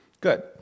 Good